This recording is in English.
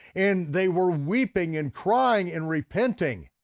and they were weeping and crying and repenting.